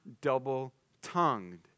double-tongued